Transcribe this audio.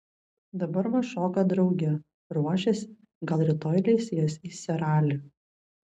dabar va šoka drauge ruošiasi gal rytoj leis jas į seralį